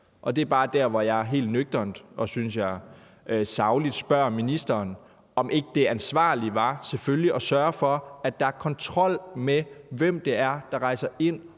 Det er bare der, hvor jeg helt nøgternt og, synes jeg, sagligt spørger, om ikke det ansvarlige ville være selvfølgelig at sørge for, at der var kontrol med, hvem det er, der rejser ind